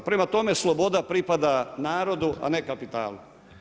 Prema tome, sloboda pripada narodu a ne kapitalu.